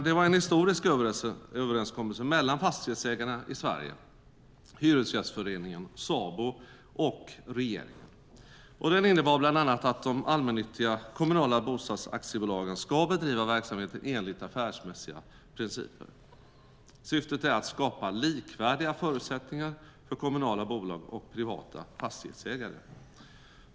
Det var en historisk överenskommelse mellan Fastighetsägarna i Sverige, Hyresgästföreningen, Sabo och regeringen. Den innebar bland annat att de allmännyttiga kommunala bostadsaktiebolagen ska bedriva sin verksamhet enligt affärsmässiga principer. Syftet är att skapa likvärdiga förutsättningar för kommunala bolag och privata fastighetsägare.